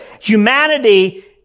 Humanity